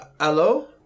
Hello